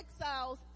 exiles